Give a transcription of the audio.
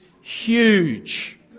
huge